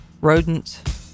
Rodent